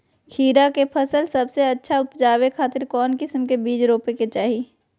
खीरा के फसल सबसे अच्छा उबजावे खातिर कौन किस्म के बीज रोपे के चाही?